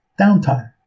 downtime